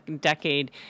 decade